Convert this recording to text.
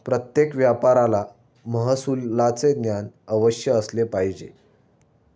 प्रत्येक व्यापाऱ्याला महसुलाचे ज्ञान अवश्य असले पाहिजे